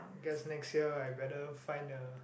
guess next year I better find a